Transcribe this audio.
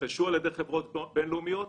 נרכשו על ידי חברות בין לאומיות.